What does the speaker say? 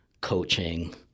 coaching